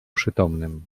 przytomnym